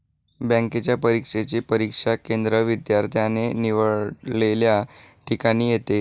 बँकेच्या परीक्षेचे परीक्षा केंद्र विद्यार्थ्याने निवडलेल्या ठिकाणी येते